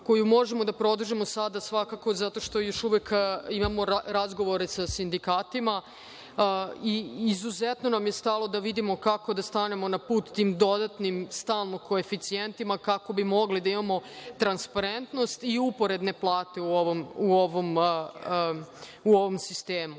koju možemo da produžimo sada svakako, zato što još uvek imamo razgovore sa sindikatima, izuzetno nam je stalo da vidimo kako da stanemo na put tim dodatnim stalno koeficijentima, kako bismo mogli da imamo transparentnost i uporedne plate u ovom sistemu.